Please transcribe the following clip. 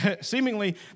seemingly